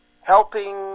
helping